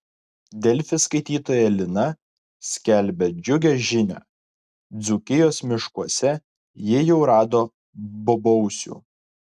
delfi skaitytoja lina skelbia džiugią žinią dzūkijos miškuose ji jau rado bobausių